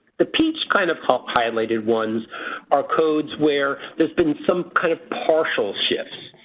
the peach kind of highlighted one are codes where there's been some kind of partial shifts.